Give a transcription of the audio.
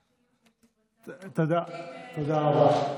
האם, תודה רבה.